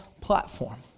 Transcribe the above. platform